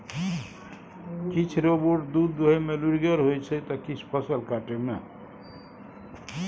किछ रोबोट दुध दुहय मे लुरिगर होइ छै त किछ फसल काटय मे